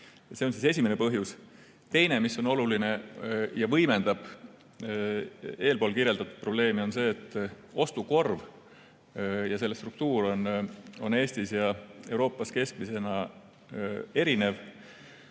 See on siis esimene põhjus. Teine, mis on oluline ja võimendab eespool märgitud probleeme, on see, et ostukorvi struktuur on Eestis ja euroalal keskmisena erinev.